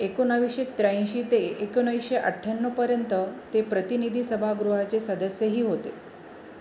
एकोणावीसशे त्र्याऐंशी ते एकोणावीसशे अठ्याण्णवपर्यंत ते प्रतिनिधी सभागृहाचे सदस्यही होते